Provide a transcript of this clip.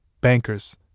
bankers